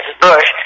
Bush